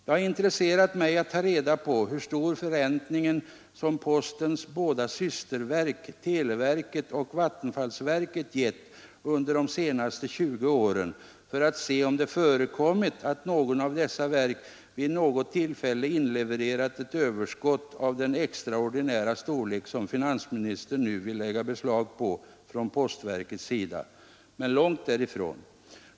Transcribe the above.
Det har intresserat mig att ta reda på hur stor förräntning som postens båda systerverk televerket och vattenfallsverket gett under de senaste 20 åren för att se om det förekommit att något av dessa verk vid något tillfälle inlevererat ett överskott av den extraordinära storlek som finansministern nu vill lägga beslag på från postverkets sida. Men långt därifrån.